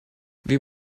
wir